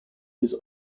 his